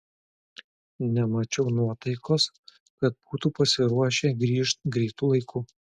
nemačiau nuotaikos kad būtų pasiruošę grįžt greitu laiku